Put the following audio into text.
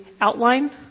outline